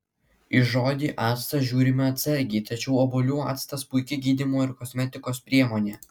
į žodį actas žiūrime atsargiai tačiau obuolių actas puiki gydymo ir kosmetikos priemonė